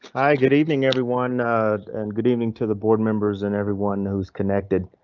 hi good evening everyone and good evening to the board members and everyone who's connected.